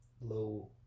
low